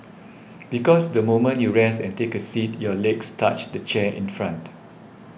because the moment you rest and take a seat your legs touch the chair in front